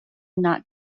not